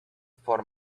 for